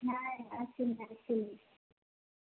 ନାଇଁ ଆସିନି ଆସିନି